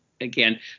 again